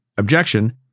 objection